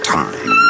time